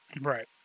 Right